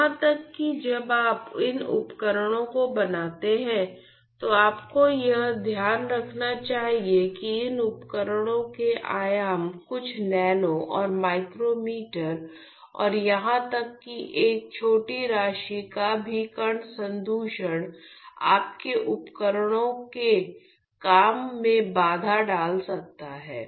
यहां तक कि जब आप इन उपकरणों को बनाते हैं तो आपको यह ध्यान रखना चाहिए कि इन उपकरणों के आयाम कुछ नैनो और माइक्रोमीटर और यहां तक कि एक छोटी राशि का भी कण संदूषण आपके उपकरणों के काम में बाधा डाल सकता है